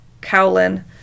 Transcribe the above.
Cowlin